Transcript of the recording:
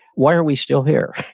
why are we still here?